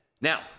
Now